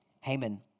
Haman